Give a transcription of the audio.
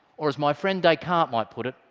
or as my friend descartes might put it,